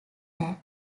that